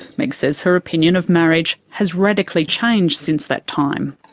meg says her opinion of marriage has radically changed since that time.